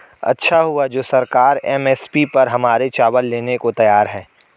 अच्छा हुआ जो सरकार एम.एस.पी पर हमारे चावल लेने को तैयार है